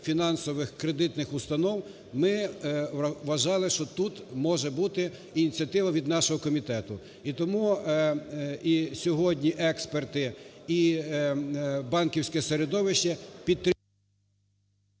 фінансових кредитних установ ми вважали, що тут може бути ініціатива від нашого комітету. І тому і сьогодні експерти і банківське середовище… ГОЛОВУЮЧИЙ.